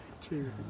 Two